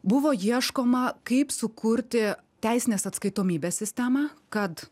buvo ieškoma kaip sukurti teisinės atskaitomybės sistemą kad